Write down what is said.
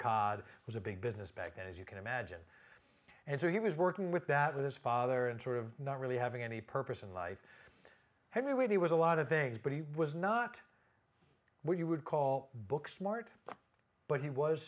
cod was a big business back as you can imagine and so he was working with that with his father and sort of not really having any purpose in life anyway he was a lot of things but he was not well you would call book smart but he was